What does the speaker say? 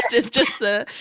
is just the,